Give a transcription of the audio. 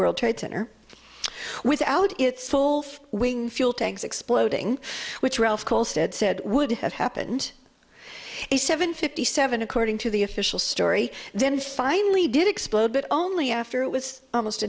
world trade center without its full wing fuel tanks exploding which ralph kolstad said would have happened a seven fifty seven according to the official story then finally did explode but only after it was almost